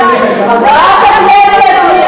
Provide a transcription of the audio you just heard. שלכם, למשל.